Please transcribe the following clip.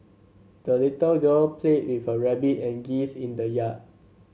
the little girl played with her rabbit and geese in the yard